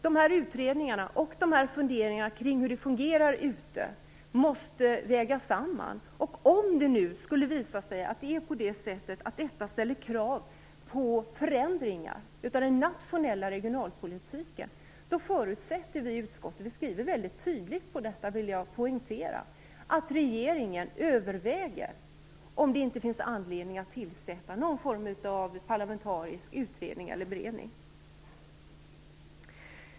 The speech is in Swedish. Dessa utredningar och funderingar kring hur det fungerar ute i regionerna måste vägas samman. Om det nu skulle visa sig att detta ställer krav på förändringar av den nationella regionalpolitiken, förutsätter vi i utskottet - vi skriver detta väldigt tydligt - att regeringen överväger om det finns anledning att tillsätta någon form av parlamentarisk utredning eller beredning.